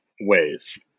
ways